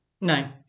No